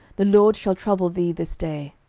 the lord shall trouble thee this day.